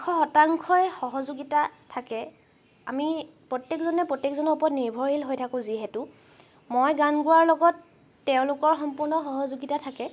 এশ শতাংশই সহযোগিতা থাকে আমি প্ৰত্যেকজনে প্ৰত্যেকজনৰ ওপৰত নিৰ্ভৰশীল হৈ থাকোঁ যিহেতু মই গান গোৱাৰ লগত তেওঁলোকৰ সম্পূৰ্ণ সহযোগিতা থাকে